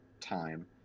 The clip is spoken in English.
Time